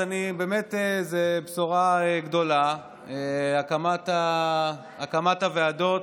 זו בשורה גדולה, הקמת הוועדות.